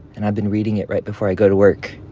and i've been reading it right before i go to work.